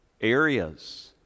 areas